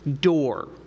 door